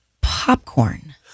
popcorn